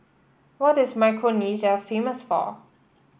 what is Micronesia famous for